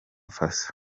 faso